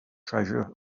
treasure